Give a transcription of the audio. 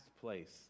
place